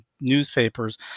newspapers